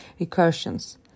recursions